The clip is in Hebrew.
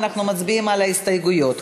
ואנחנו מצביעים על ההסתייגויות.